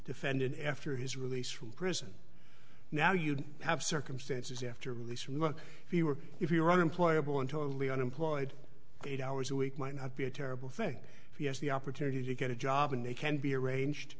defendant after his release from prison now you have circumstances after release if you were if you're an employer born to a leo unemployed eight hours a week might not be a terrible thing vs the opportunity to get a job and they can be arranged